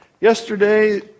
yesterday